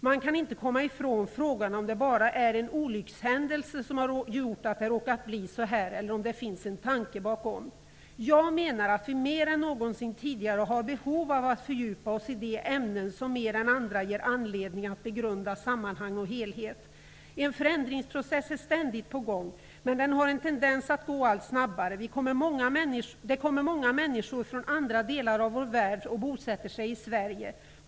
Man kan inte komma ifrån frågan om det bara är en olyckshändelse som har gjort att det har råkat bli så här eller om det finns en tanke bakom. Jag menar att vi mer än någonsin tidigare har behov av att fördjupa oss i de ämnen som mer än andra ger anledning att begrunda sammanhang och helhet. En förändringsprocess är ständigt på gång, men den har en tendens att gå allt snabbare. Det kommer många människor från andra delar av vår värld och bosätter sig i Sverige.